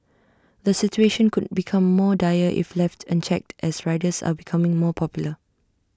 the situation could become more dire if left unchecked as riders are becoming more popular